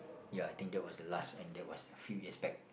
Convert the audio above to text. ya I think that was the last and that was a few years back